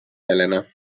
elena